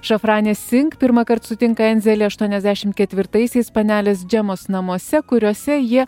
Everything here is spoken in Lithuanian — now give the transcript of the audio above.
šafranė sink pirmąkart sutinka enzelį aštuoniasdešim ketvirtaisiais panelės džemos namuose kuriuose jie